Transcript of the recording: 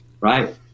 right